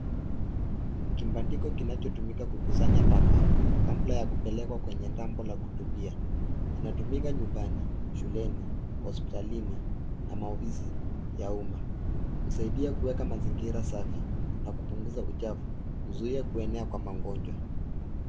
Kibandiko kinachotumika kukusanya taka kabla ya kupelekwa kwenye dampo la kutupia. Inatumika nyumbani shuleni, hospitalini na maofisi ya umma. Husaidia kuweka mazingira safi na kupunguza uchafu, kuzuia kuenea kwa magonjwa.